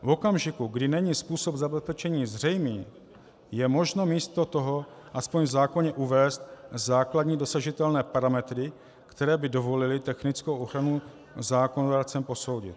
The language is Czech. V okamžiku, kdy není způsob zabezpečení zřejmý, je možno místo toho aspoň v zákoně uvést základní dosažitelné parametry, které by dovolily technickou ochranu zákonodárcem posoudit.